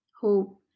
Hope